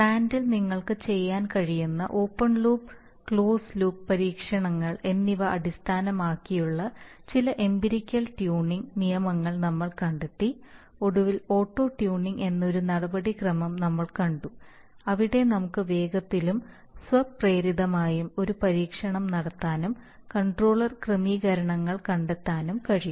പ്ലാന്റിൽ നിങ്ങൾക്ക് ചെയ്യാൻ കഴിയുന്ന ഓപ്പൺ ലൂപ്പ് ക്ലോസ്ഡ് ലൂപ്പ് പരീക്ഷണങ്ങൾ എന്നിവ അടിസ്ഥാനമാക്കിയുള്ള ചില എമ്പിറികൽ ട്യൂണിംഗ് നിയമങ്ങൾ നമ്മൾ കണ്ടെത്തി ഒടുവിൽ ഓട്ടോ ട്യൂണിംഗ് എന്ന ഒരു നടപടിക്രമം നമ്മൾ കണ്ടു അവിടെ നമുക്ക് വേഗത്തിലും സ്വപ്രേരിതമായും ഒരു പരീക്ഷണം നടത്താനും കൺട്രോളർ ക്രമീകരണങ്ങൾ കണ്ടെത്താനും കഴിയും